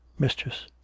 Mistress